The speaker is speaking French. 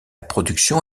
production